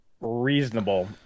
reasonable